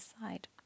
side